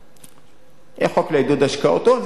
חוק לעידוד השקעות הון,